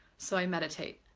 so i meditate,